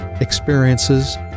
experiences